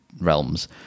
realms